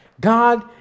God